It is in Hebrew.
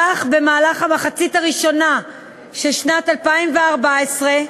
כך, במחצית הראשונה של שנת 2014,